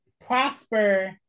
prosper